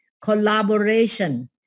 collaboration